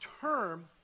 term